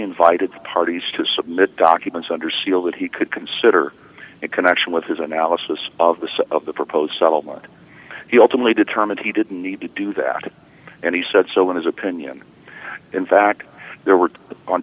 invited the parties to submit documents under seal that he could consider a connection with his analysis of the size of the proposed settlement he ultimately determined he didn't need to do that and he said so in his opinion in fact there were on